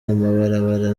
amabarabara